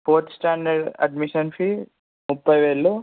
fourth standard admission fee ముప్పైవేలు